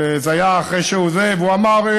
וזה היה אחרי שהוא, והוא אמר: